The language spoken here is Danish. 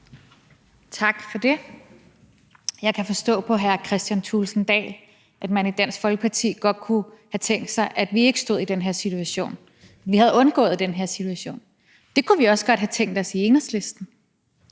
Tak for det. Jeg kan forstå på hr. Kristian Thulesen Dahl, at man i Dansk Folkeparti godt kunne have tænkt sig, at vi ikke stod i den her situation, og at vi havde undgået den her situation. Det kunne vi også godt have tænkt os i Enhedslisten.